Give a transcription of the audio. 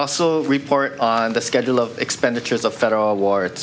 also report on the schedule of expenditures of federal ward